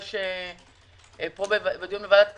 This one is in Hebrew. פה בוועדת הכספים,